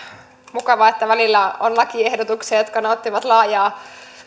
mukavaa että välillä on lakiehdotuksia jotka nauttivat laajaa